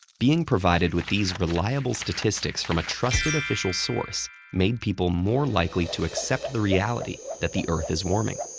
being provided with these reliable statistics from a trusted official source made people more likely to accept the reality that the earth is warming.